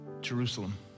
jerusalem